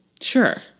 Sure